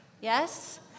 Yes